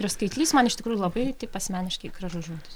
ir skaitlys man iš tikrųjų labai taip asmeniškai gražus žodis